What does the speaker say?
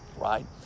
right